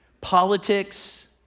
politics